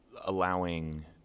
allowing